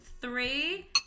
three